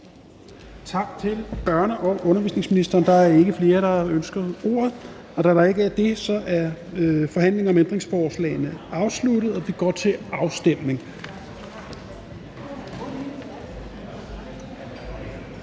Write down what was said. Tak til børne- og undervisningsministeren. Der er ikke flere, der har ønsket ordet. Da der ikke er det, er forhandlingen om ændringsforslagene afsluttet, og vi går til afstemning.